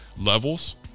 levels